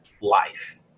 life